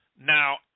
Now